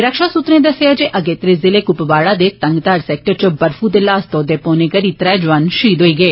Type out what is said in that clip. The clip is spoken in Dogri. रक्षा सूत्रे दस्सेआ जे अगेत्रे जिले कूपवाड़ा दे तंगधार सेक्टर च बर्फू दे लास तौदे पौने करी त्रै जुआन शहीद होई गे